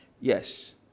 Yes